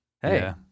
Hey